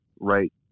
right